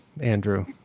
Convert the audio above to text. Andrew